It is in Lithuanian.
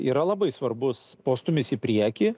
yra labai svarbus postūmis į priekį